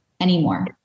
anymore